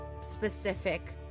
specific